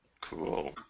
cool